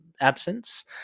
absence